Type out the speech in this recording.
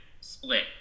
split